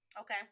Okay